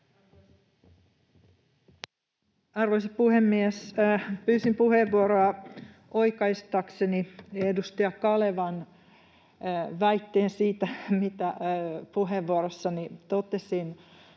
Arvoisa puhemies! Pyysin puheenvuoroa oikaistakseni edustaja Kalevan väitteen siitä, mitä puheenvuorossani totesin.